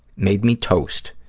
made me toast,